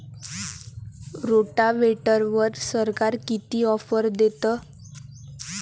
रोटावेटरवर सरकार किती ऑफर देतं?